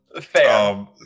Fair